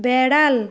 বেড়াল